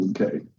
Okay